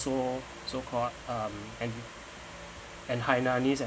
so so call what um and and hainanese and